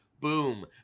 boom